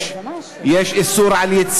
יש אסון הומניטרי בסוריה.